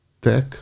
tech